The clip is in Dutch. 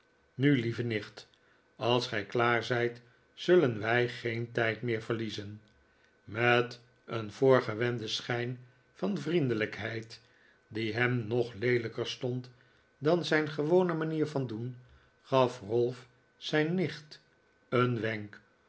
nu lieve nicht als gij klaar zijt zullen wij geen tijd meer verliezen met een voorgewenden schijn van vriendelijkheid die hem nog leelijker stond dan zijn gewone manier van doen gaf ralph zijn nicht een wenk